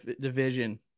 division